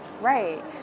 Right